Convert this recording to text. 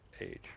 age